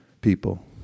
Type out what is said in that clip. people